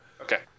Okay